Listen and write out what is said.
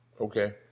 Okay